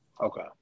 Okay